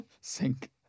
sink